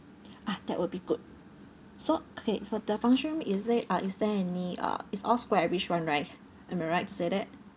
ah that would be good so okay for the function room is it uh is there any uh it's all squarish one right am I right to say that